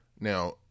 Now